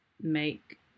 Make